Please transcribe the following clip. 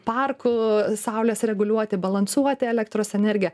parkų saulės reguliuoti balansuoti elektros energiją